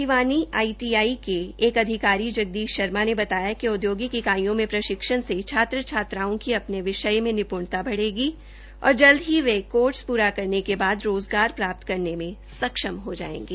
Bhiwani ITI के एक अधिकारी जगदीश शर्मा ने बताया कि औद्योगिक इकाईयों में प्रशिक्षण से छात्र छात्राओं की अपने विषय में निप्णता बढ़ेगी तथा जल्द ही वे कोर्स पूरा करने के बाद रोजगार प्राप्त करने में सक्षम हो जाएंगे